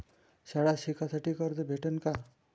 शाळा शिकासाठी कर्ज भेटन का?